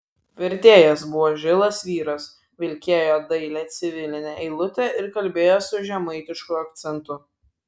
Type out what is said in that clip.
vertėjas buvo žilas vyras vilkėjo dailią civilinę eilutę ir kalbėjo su žemaitišku akcentu